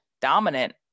dominant